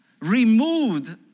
removed